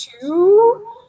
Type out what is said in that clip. two